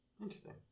Interesting